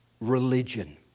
religion